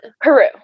Peru